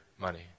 money